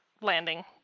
landing